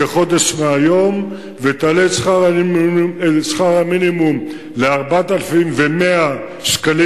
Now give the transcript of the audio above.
כחודש מהיום, ותעלה את שכר המינימום ל-4,100 ש"ח.